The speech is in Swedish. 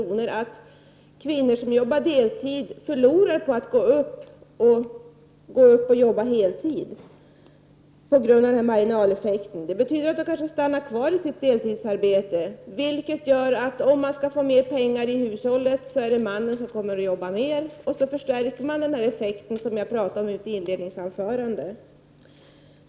innebär en risk för att kvinnor som jobbar deltid förlorar på att börja jobba heltid. Det betyder att de kanske fortsätter att arbeta deltid. Det innebär att om de skall få mer pengar i hushållet så får mannen jobba mer. Därmed förstärks den effekt som jag har talat om i mitt inledningsanförande.